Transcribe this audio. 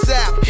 Sap